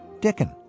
Dickon